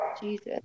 Jesus